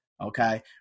okay